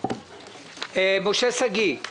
משה שגיא,